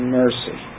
mercy